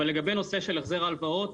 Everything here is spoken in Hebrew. אבל לגבי נושא של החזר ההלוואות,